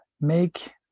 make